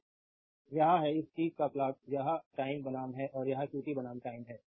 तो यह है इस चीज़ का प्लॉट यह टाइम बनाम है और यह qt बनाम टाइम है